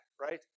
right